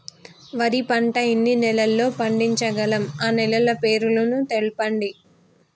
వరి పంట ఎన్ని నెలల్లో పండించగలం ఆ నెలల పేర్లను తెలుపండి?